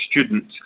students